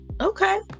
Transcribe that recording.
okay